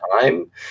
time